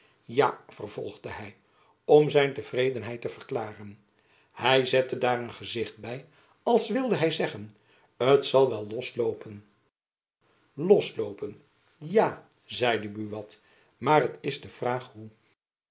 ja vervolgde hy om zijn tevredenheid te verklaren hy zette daar een gezicht by als wilde hy zeggen t zal wel los loopen los loopen ja zeide buat maar t is de vraag hoe